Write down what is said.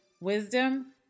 wisdom